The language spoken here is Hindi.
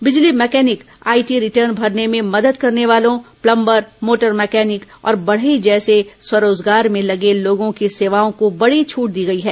बिजली मैकेनिक आईटी रिटर्न भरने में मदद करने वालों प्लंबर मोटर मैकेनिक और बढई जैसे स्व रोजगार में लगे लोगों की सेवाओं को बडी छट दी गई है